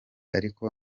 ariko